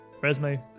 Resume